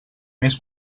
més